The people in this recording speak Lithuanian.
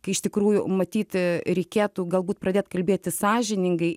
kai iš tikrųjų matyt reikėtų galbūt pradėt kalbėti sąžiningai